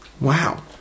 Wow